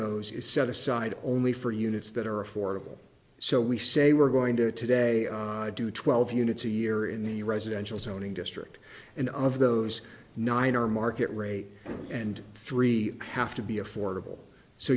those is set aside only for units that are affordable so we say we're going to today do twelve units a year in the residential zoning district and of those nine are market rate and three have to be affordable so